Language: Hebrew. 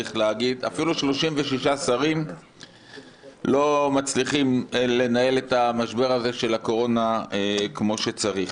צריך להגיד אפילו 36 שרים לא מצליחים לנהל את משבר הקורונה כמו שצריך.